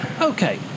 okay